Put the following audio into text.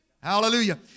Hallelujah